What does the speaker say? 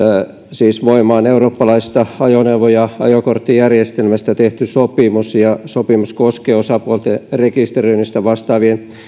siis voimaan eurooppalaisesta ajoneuvo ja ajokorttijärjestelmästä tehty sopimus ja sopimus koskee osapuolten rekisteröinnistä vastaavien